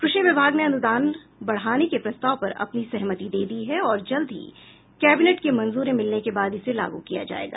कृषि विभाग ने अनुदान बढ़ाने के प्रस्ताव पर अपनी सहमति दे दी है और जल्द ही कैबिनेट की मंजूरी मिलने के बाद इसे लागू किया जायेगा